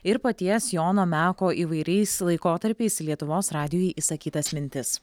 ir paties jono meko įvairiais laikotarpiais lietuvos radijuj išsakytas mintis